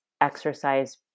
exercise